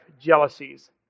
jealousies